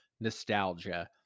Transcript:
nostalgia